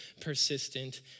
persistent